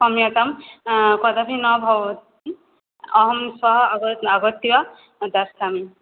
क्षम्यतां कदापि न भवति अहं श्वः आग् आगत्य दास्यामि